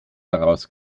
daraus